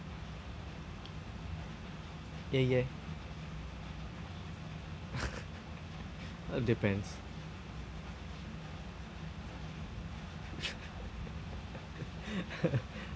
yeah yeah ah depends